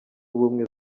ubumwe